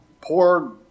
poor